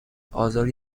آزار